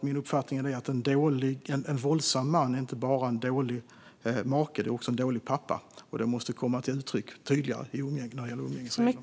Min uppfattning är att en våldsam man inte bara är en dålig make utan också en dålig pappa, och det måste komma till uttryck tydligare när det gäller umgängesreglerna.